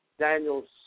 Daniel's